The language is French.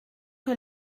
que